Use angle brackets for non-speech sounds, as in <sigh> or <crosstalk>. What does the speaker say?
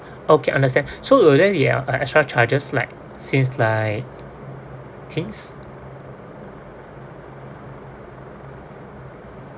okay understand <breath> so will there be uh like extra charges like since like things